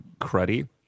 cruddy